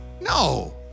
No